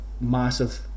massive